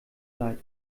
leid